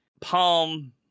Palm